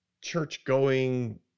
church-going